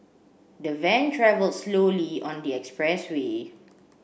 the van travelled slowly on the expressway